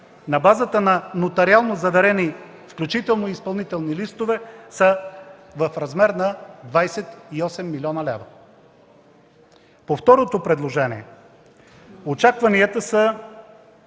на базата на нотариално заверени включително и изпълнителни листове, са в размер на 28 млн. лв. По второто предложение, очакванията са